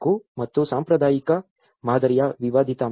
ಮತ್ತು ಸಾಂಪ್ರದಾಯಿಕ ಮಾದರಿಯ ವಿವಾದಿತ ಅಂಶಗಳು